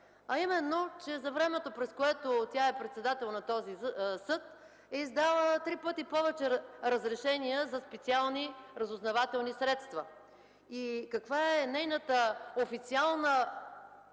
а именно, че за времето, през което тя е председател на този съд, е издала три пъти повече разрешения за специални разузнавателни средства. Каква е нейната официално